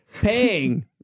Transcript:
Paying